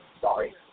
Sorry